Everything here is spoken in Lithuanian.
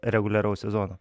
reguliaraus sezono